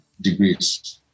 degrees